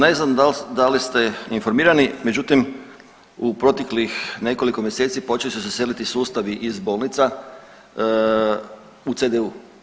Ne znam da li ste informirani, međutim, u proteklih nekoliko mjeseci, počeli su se seliti sustavi iz bolnica u CDU.